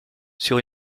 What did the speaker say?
sur